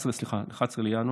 בינואר,